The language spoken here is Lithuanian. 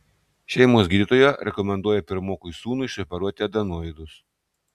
šeimos gydytoja rekomenduoja pirmokui sūnui išoperuoti adenoidus